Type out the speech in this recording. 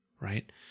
right